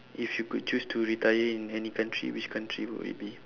if you could choose to retire in any country which country would it be